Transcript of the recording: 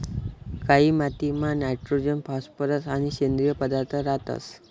कायी मातीमा nitrogen phosphorus आणि सेंद्रिय पदार्थ रातंस